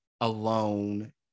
alone